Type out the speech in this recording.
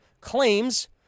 claims